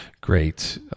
great